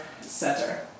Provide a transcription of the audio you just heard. center